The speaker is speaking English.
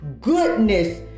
goodness